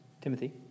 Timothy